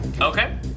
Okay